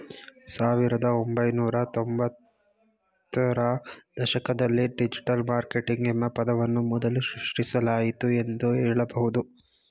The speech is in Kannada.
ಸಾವಿರದ ಒಂಬೈನೂರ ತ್ತೊಂಭತ್ತು ರ ದಶಕದಲ್ಲಿ ಡಿಜಿಟಲ್ ಮಾರ್ಕೆಟಿಂಗ್ ಎಂಬ ಪದವನ್ನು ಮೊದಲು ಸೃಷ್ಟಿಸಲಾಯಿತು ಎಂದು ಹೇಳಬಹುದು